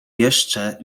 jeszcze